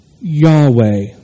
Yahweh